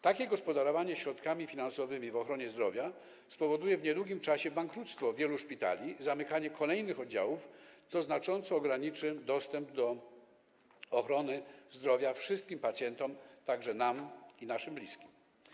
Takie gospodarowanie środkami finansowymi w ochronie zdrowia spowoduje w niedługim czasie bankructwo wielu szpitali, zamykanie kolejnych oddziałów, co znacząco ograniczy dostęp do ochrony zdrowia wszystkim pacjentom, także nam i naszym bliskim.